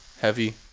heavy